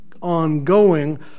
ongoing